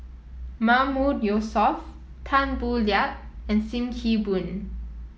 Mahmood Yusof Tan Boo Liat and Sim Kee Boon